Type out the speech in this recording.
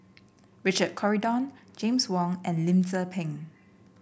Richard Corridon James Wong and Lim Tze Peng